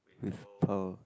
with pearl